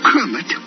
Kermit